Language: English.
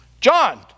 John